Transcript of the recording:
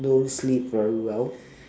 don't sleep very well